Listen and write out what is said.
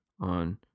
on